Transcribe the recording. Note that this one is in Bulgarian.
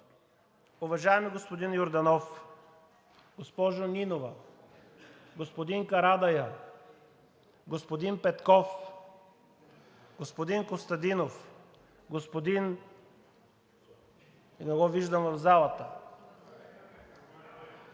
Уважаеми господин Йорданов, госпожо Нинова, господин Карадайъ, господин Петков, господин Костадинов, господин... – не го виждам в залата!